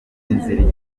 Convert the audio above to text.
inzira